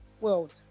world